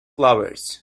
clovers